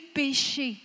péché